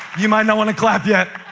you might not want to clap yet.